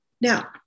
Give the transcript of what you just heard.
Now